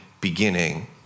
beginning